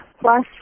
plus